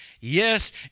yes